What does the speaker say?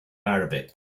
arabic